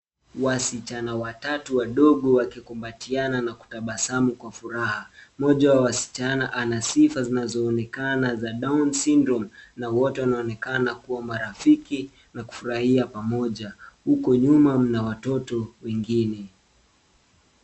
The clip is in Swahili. Wasichana watatu wadogo wakikumbatiana na kutabasamu kwa furaha. Mmoja wa wasichana ana sifa zinazoonekana za down syndrome na wote wanaonekana kuwa marafiki wakifurahia pamoja. Huko nyuma mna watoto wengine.